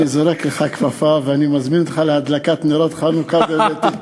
אני זורק לך כפפה ואני מזמין אותך להדלקת נרות חנוכה בביתי.